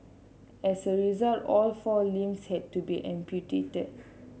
as a result all four limbs had to be amputated